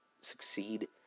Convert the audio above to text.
succeed